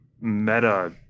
meta